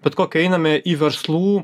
bet kokią einame į verslų